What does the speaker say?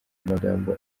amagambo